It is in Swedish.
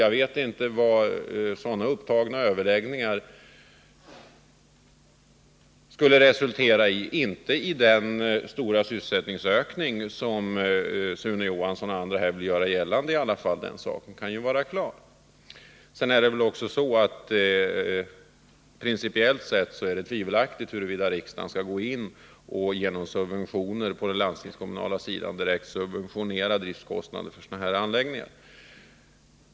Jag vet inte vad sådana överläggningar skulle resultera i — inte i den stora sysselsättningsökning som Sune Johansson och andra här vill göra gällande, den saken kan väl vara klar. F. ö. är det principiellt sett tvivelaktigt om riksdagen skall gå in och direkt subventionera driftskostnader för landstingens anläggningar.